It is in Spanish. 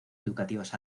educativas